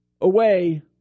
away